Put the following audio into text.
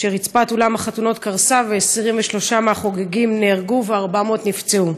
כשרצפת אולם חתונות קרסה ו-23 מהחוגגים נהרגו ו-400 נפצעו.